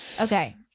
okay